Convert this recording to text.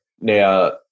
Now